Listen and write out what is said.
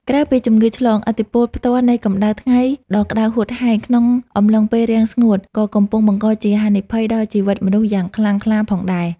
ក្រៅពីជំងឺឆ្លង ឥទ្ធិពលផ្ទាល់នៃកម្ដៅថ្ងៃដ៏ក្ដៅហួតហែងក្នុងអំឡុងពេលរាំងស្ងួត ក៏កំពុងបង្កជាហានិភ័យដល់ជីវិតមនុស្សយ៉ាងខ្លាំងក្លាផងដែរ។